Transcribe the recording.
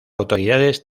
autoridades